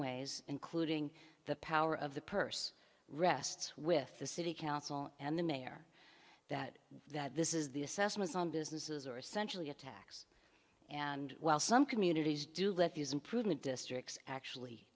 ways including the power of the purse rests with the city council and the mayor that this is the assessments on businesses are essentially a tax and while some communities do let these improvement districts actually